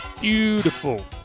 beautiful